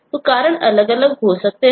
तो कारण अलग अलग हो सकते हैं